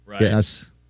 Yes